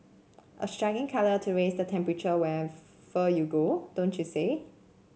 a striking colour to raise the temperature wherever you go don't you say